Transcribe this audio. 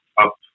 up